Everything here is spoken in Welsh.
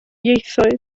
ieithoedd